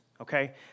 okay